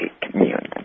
community